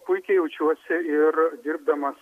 puikiai jaučiuosi ir dirbdamas